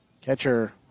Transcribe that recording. Catcher